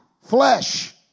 flesh